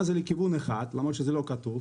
למה זה לכיוון אחד, למרות שזה לא כתוב?